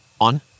On